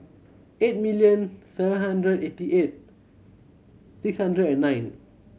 eight million seven hundred eighty eight six hundred and nine